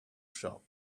shop